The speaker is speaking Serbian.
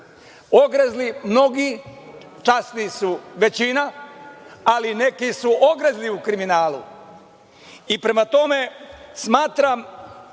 Ogrezli mnogi, časni su većina, ali neki su ogrezli u kriminalu. Prema tome, smatram